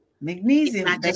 magnesium